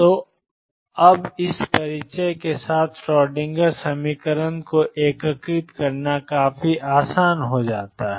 तो अब इस परिचय के साथ श्रोडिंगर समीकरण को एकीकृत करना काफी आसान हो जाता है